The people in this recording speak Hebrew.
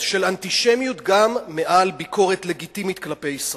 של אנטישמיות גם מעל ביקורת לגיטימית כלפי ישראל,